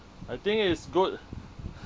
I think is good